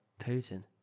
Putin